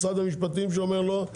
משרד המשפטים אומר לא,